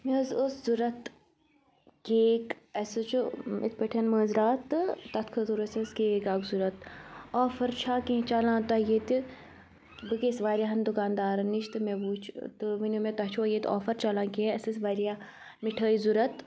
مےٚ حظ اوس ضوٚرَتھ کیک اَسہِ حظ چھُ یِتھۍ پٲٹھۍ مٲنٛزرات تہٕ تَتھ خٲطرٕ ٲسۍ أسۍ کیک اَکھ ضوٚرَتھ آفَر چھا کینٛہہ چَلان تۄہہِ ییٚتہِ بہٕ گٔیَس واریاہَن دُکاندارَن نِش تہٕ مےٚ وٕچھ تہٕ ؤنِو مےٚ تۄہہِ چھوا ییٚتہِ آفَر چَلان کینٛہہ اَسہِ ٲسۍ واریاہ مِٹھٲے ضوٚرَتھ